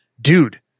dude